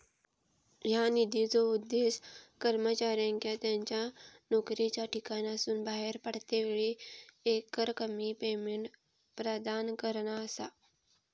ह्या निधीचो उद्देश कर्मचाऱ्यांका त्यांच्या नोकरीच्या ठिकाणासून बाहेर पडतेवेळी एकरकमी पेमेंट प्रदान करणा असा